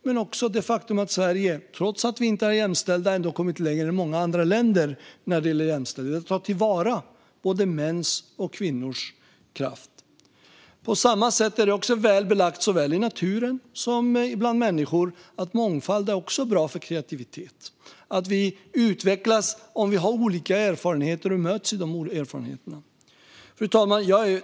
Det är också ett faktum att Sverige, trots att vi inte är jämställda, har kommit längre än många andra länder när det gäller jämställdhet och att ta till vara både mäns och kvinnors kraft. På samma sätt är det väl belagt, såväl i naturen som bland människor, att mångfald är bra för kreativitet. Vi utvecklas om vi har olika erfarenheter och möts med de erfarenheterna. Fru talman!